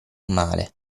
male